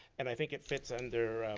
and i think it fits under